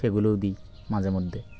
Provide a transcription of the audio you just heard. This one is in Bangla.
সেগুলোও দিই মাঝে মধ্যে